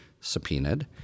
subpoenaed